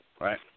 right